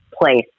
place